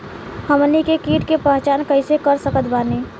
हमनी के कीट के पहचान कइसे कर सकत बानी?